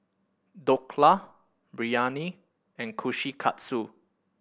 Dhokla Biryani and Kushikatsu